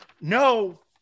no